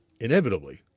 Inevitably